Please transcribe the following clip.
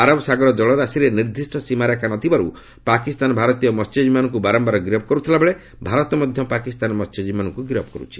ଆରବ ସାଗର ଜଳରାଶିରେ ନିର୍ଦ୍ଦିଷ୍ଟ ସୀମାରେଖା ନଥିବାରୁ ପାକିସ୍ତାନ ଭାରତୀୟ ମସ୍ୟଜୀବୀମାନଙ୍କୁ ବାରମ୍ଭାର ଗିରଫ କରୁଥିଲାବେଳେ ଭାରତ ମଧ୍ୟ ପାକିସ୍ତାନ ମସ୍ୟଜୀବୀମାନଙ୍କୁ ଗିରଫ କରୁଛି